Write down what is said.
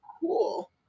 cool